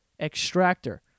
extractor